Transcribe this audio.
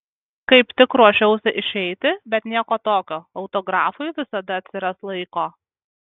kaip tik ruošiausi išeiti bet nieko tokio autografui visada atsiras laiko